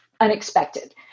unexpected